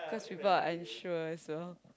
cause people are unsure so